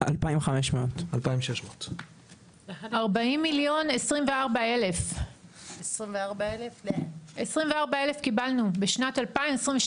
2600. 24,000 עולים קיבלנו ב-2022.